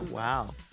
Wow